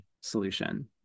solution